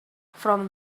from